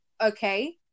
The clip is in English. Okay